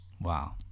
Wow